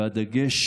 והדגש: